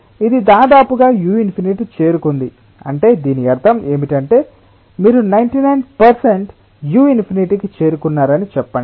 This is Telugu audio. ఇది దాదాపుగా u∞ చేరుకుంది అంటే దీని అర్థం ఏమిటంటే మీరు 99 u∞ కి చేరుకున్నారని చెప్పండి